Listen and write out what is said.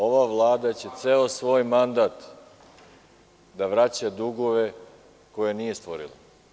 Ova Vlada će ceo svoj mandat da vraća dugove koje nije stvorila.